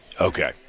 Okay